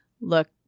look